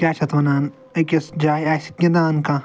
کیٛاہ چھِ اَتھ وَنان أکِس جایہِ آسہِ گنٛدان کانٛہہ